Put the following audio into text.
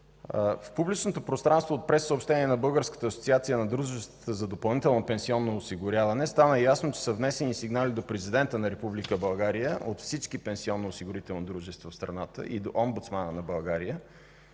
В публичното пространство от прессъобщение на Българската асоциация на дружествата за допълнително пенсионно осигуряване стана ясно, че са внесени сигнали до президента на Република България от всички пенсионноосигурителни дружества в страната и до омбудсмана на Република